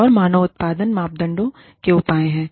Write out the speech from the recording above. कुछ और मानव उत्पादन मानदंड के उपाय हैं